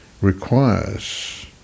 requires